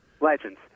legends